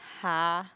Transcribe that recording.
!huh!